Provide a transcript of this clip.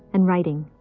and writing.